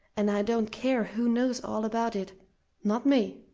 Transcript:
and i don't care who knows all about it not me!